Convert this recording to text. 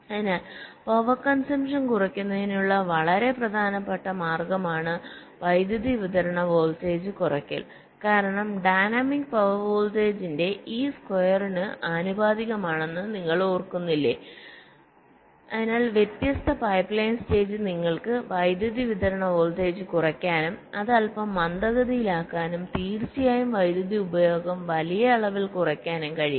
അതിനാൽ power consumption കുറയ്ക്കുന്നതിനുള്ള വളരെ പ്രധാനപ്പെട്ട മാർഗമാണ് വൈദ്യുതി വിതരണ വോൾട്ടേജ് കുറയ്ക്കൽ കാരണം ഡൈനാമിക് പവർ വോൾട്ടേജിന്റെ ഈ സ്ക്വയറിനു ആനുപാതികമാണെന്ന് നിങ്ങൾ ഓർക്കു ന്നില്ലേ അതിനാൽ വ്യത്യസ്ത പൈപ്പ്ലൈൻ സ്റ്റേജ്സ് നിങ്ങൾക്ക് വൈദ്യുതി വിതരണ വോൾട്ടേജ് കുറയ്ക്കാനും അത് അൽപ്പം മന്ദഗതിയിലാക്കാനും തീർച്ചയായും വൈദ്യുതി ഉപഭോഗം വലിയ അളവിൽ കുറയ്ക്കാനും കഴിയും